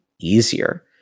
easier